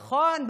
נכון,